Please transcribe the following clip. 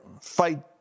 fight